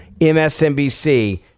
MSNBC